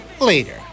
later